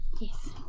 Yes